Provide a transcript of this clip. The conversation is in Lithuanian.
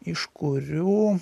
iš kurių